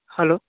hello